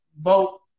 vote